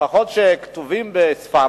לפחות כמו שהם כתובים בספרים,